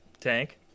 tank